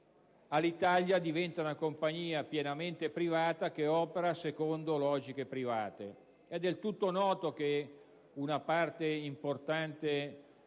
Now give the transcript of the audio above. Alitalia diventa una compagnia pienamente privata che opera seconda logiche private. È del tutto noto che una parte importante